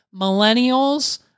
millennials